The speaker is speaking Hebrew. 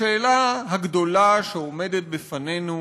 השאלה הגדולה שעומדת בפנינו